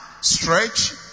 stretch